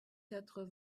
quatre